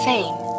Fame